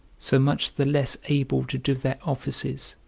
so much the less able to do their offices,